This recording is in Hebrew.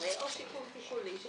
פסיכיאטרי או שיקום טיפולי?